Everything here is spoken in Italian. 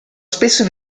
spesso